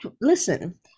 listen